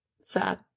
Sad